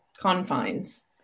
confines